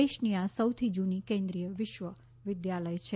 દેશની આ સૌથી જૂની કેન્દ્રીય વિશ્વવિદ્યાલય છે